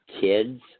kids